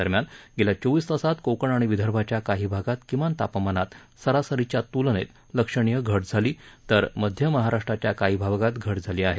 दरम्यान गेल्या चोवीस तासात कोकण आणि विदर्भाच्या काही भागात किमान तापमानात सरासरीच्या तुलनेत लक्षणीय घट झाली आहे तर मध्य महाराष्ट्राच्या काही भागात घट झाली आहे